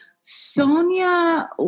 Sonia